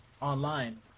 online